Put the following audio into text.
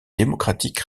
démocratique